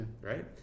right